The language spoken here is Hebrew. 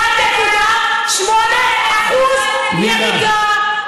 1.8% ירידה,